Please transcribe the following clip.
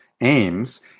aims